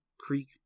Creek